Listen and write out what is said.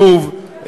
שוב,